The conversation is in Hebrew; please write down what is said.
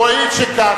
הואיל וכך,